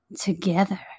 Together